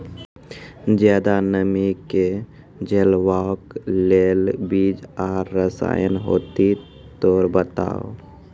ज्यादा नमी के झेलवाक लेल बीज आर रसायन होति तऽ बताऊ?